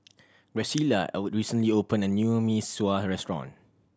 Graciela O recently opened a new Mee Sua restaurant